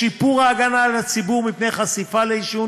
בשיפור ההגנה על הציבור מפני חשיפה לעישון